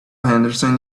henderson